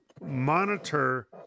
monitor